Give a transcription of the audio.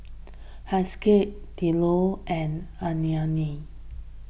Haskell Diallo and Annetta